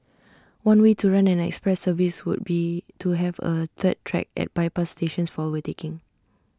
one way to run an express service would be to have A third track at bypass stations for overtaking